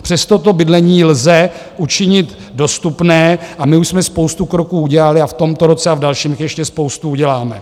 Přesto to bydlení lze učinit dostupné a my už jsme spoustu kroků udělali a v tomto roce a v dalším jich ještě spoustu uděláme.